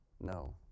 No